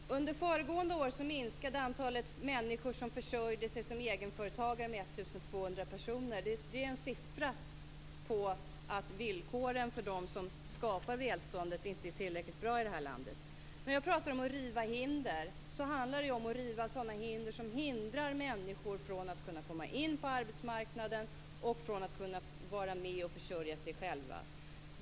Fru talman! Under föregående år minskade antalet människor som försörjde sig som egenföretagare med 1 200 personer. Det är en siffra på att villkoren för dem som skapar välståndet inte är tillräckligt bra i det här landet. När jag talar om att riva hinder handlar det om att riva sådana hinder som hindrar människor från att kunna komma in på arbetsmarknaden och från att kunna vara med och försörja sig själva.